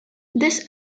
this